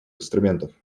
инструментов